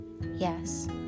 yes